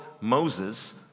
moses